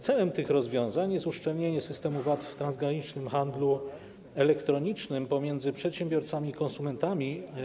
Celem tych rozwiązań jest uszczelnienie systemu VAT w transgranicznym handlu elektronicznym pomiędzy przedsiębiorcami i konsumentami.